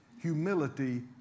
Humility